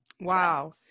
Wow